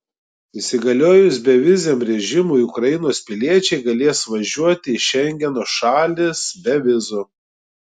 įsigaliojus beviziam režimui ukrainos piliečiai galės važiuoti į šengeno šalis be vizų